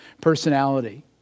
personality